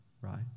right